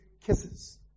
kisses